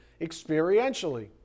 experientially